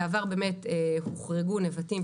בעבר באמת הוחרגו נבטים,